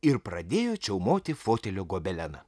ir pradėjo čiaumoti fotelio gobeleną